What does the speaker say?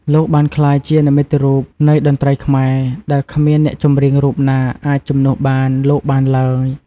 លោកបានក្លាយជានិមិត្តរូបនៃតន្ត្រីខ្មែរដែលគ្មានអ្នកចម្រៀងរូបណាអាចជំនួសបានលោកបានឡើង។